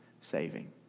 saving